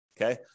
okay